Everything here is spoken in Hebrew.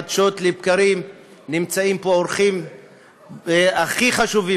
חדשות לבקרים נמצאים פה אורחים הכי חשובים,